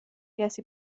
کسی